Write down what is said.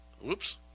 Whoops